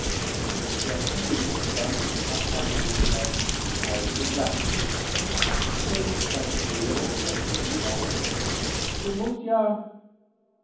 er kugelte den sandigen abhang herunter die reisenden lachten oben stand claire und verdrehte die augen du mußt ja